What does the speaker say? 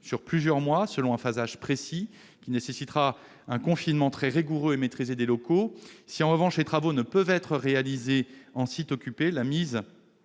sur plusieurs mois, selon un phasage précis, qui nécessitera un confinement très rigoureux et maîtrisé des locaux. En revanche, si les travaux ne peuvent être réalisés en site occupé, la mise